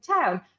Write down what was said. town